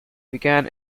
began